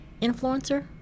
influencer